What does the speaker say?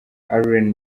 allen